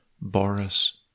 Boris